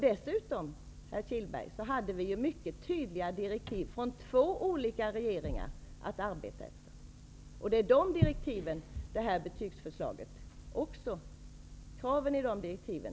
Dessutom, herr Kihlberg, hade vi mycket tydliga direktiv från två olika regeringar att arbeta efter. Beredningens betygsförslag uppfyller kraven i de direktiven.